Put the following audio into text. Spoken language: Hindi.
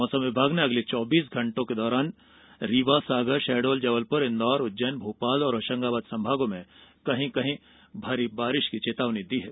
मौसम विभाग ने अगले चौबीस घण्टों में रीवा सागर शहडोल जबलपुर इंदौर उज्जैन भोपाल और होशंगाबाद संभागों में कहीं कहीं भारी बारिश की चेतावनी दी है